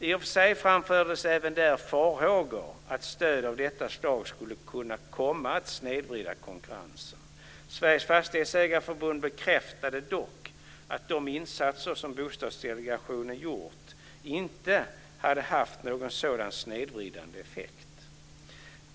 I och för sig framfördes även där farhågor att stöd av detta slag skulle kunna komma att snedvrida konkurrensen. Sveriges Fastighetsägareförbund bekräftade dock att de insatser som Bostadsdelegationen gjort inte hade haft någon sådan snedvridande effekt.